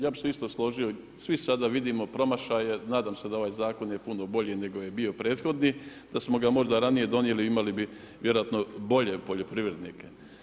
Ja bi se isto složio svi sada vidimo promašaje, nadam se da je ovaj zakon puno volji nego je bio prethodni, da smo ga možda ranije donijeli imali bi vjerojatno bolje poljoprivrednike.